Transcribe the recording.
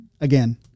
again